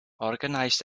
organized